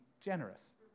generous